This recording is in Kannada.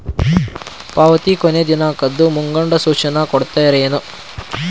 ಪಾವತಿ ಕೊನೆ ದಿನಾಂಕದ್ದು ಮುಂಗಡ ಸೂಚನಾ ಕೊಡ್ತೇರೇನು?